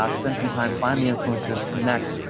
ah spend some time, find the influencers, connect,